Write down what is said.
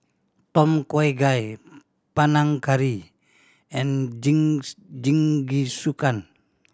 Tom Kha Gai Panang Curry and Jean's Jingisukan